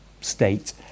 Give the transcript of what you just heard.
state